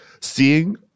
seeing